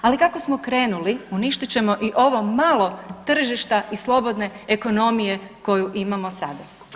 Ali kako smo krenuli uništit ćemo i ovo malo tržište i slobodne ekonomije koju imamo sada.